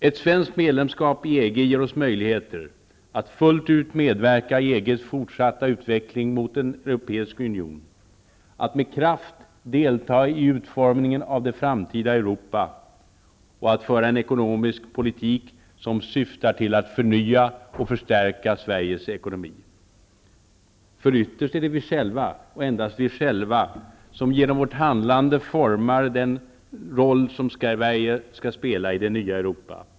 Ett svenskt medlemskap i EG ger oss möjligheter att fullt ut medverka i EG:s fortsatta utveckling mot en europeisk union, att med kraft delta i utformningen av det framtida Europa och att föra en ekonomisk politik som syftar till att förnya och förstärka Sveriges ekonomi. Ytterst är det nämligen vi själva och endast vi själva som genom vårt handlande formar den roll som Sverige skall spela i det nya Europa.